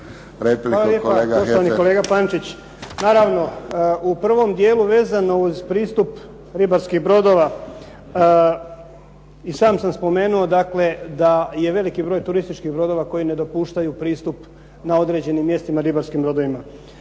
Hvala lijepa poštovani kolega Pančić. Naravno, u prvom dijelu vezano uz pristup ribarskih brodova. I sam sam spomenuo dakle, da je veliki broj turističkih brodova koji ne dopuštaju pristup na određenim mjestima ribarskim brodovima.